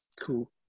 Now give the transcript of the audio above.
Cool